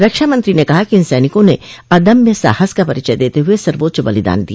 रक्षामंत्री ने कहा कि इन सैनिकों ने अदम्य साहस का परिचय देते हुए सर्वोच्च बलिदान दिया